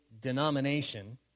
denomination